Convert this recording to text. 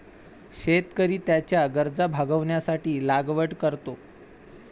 शेतकरी त्याच्या गरजा भागविण्यासाठी लागवड करतो